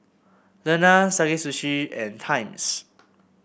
Lenas Sakae Sushi and Times